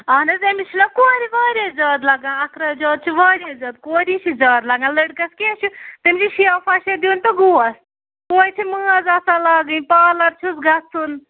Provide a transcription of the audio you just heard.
اہن حَظ أمِس چھِ نہ کورِ واریاہ زیادٕ لَگان اَخراجات چھِ واریاہ زیادٕ کورِ چھِ زیادٕ لَگان لٔڑکَس کیٚنٛہہ چھُ تٔمِس چھِ شیو پھَشا دیُن تہٕ گوس کورِ چھِ مٲنز آسان لاگٕنۍ پالَر چھُس گژھُن